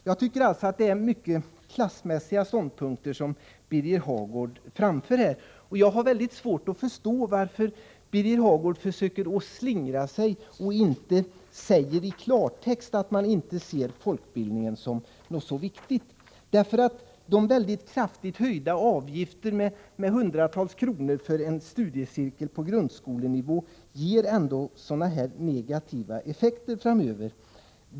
Jag tycker alltså att det är mycket klassmässiga ståndpunkter som Birger Hagård här framför. Jag har svårt att förstå varför Birger Hagård försöker slingra sig och inte i klartext säger att man inte ser folkbildningen som något viktigt. De med hundratals kronor höjda avgifter för en studiecirkel på grundskolenivå som moderaterna förordar ger ändå sådana negativa effekter framöver.